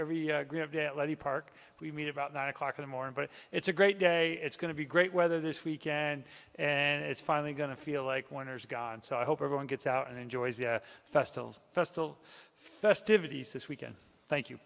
every park we meet about nine o'clock in the morning but it's a great day it's going to be great weather this week and it's finally going to feel like winners gone so i hope everyone gets out and enjoys the festival festival festivities this weekend thank you